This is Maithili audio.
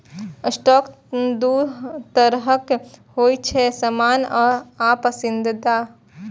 स्टॉक दू तरहक होइ छै, सामान्य आ पसंदीदा